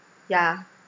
yeah